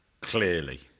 clearly